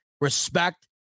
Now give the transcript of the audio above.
respect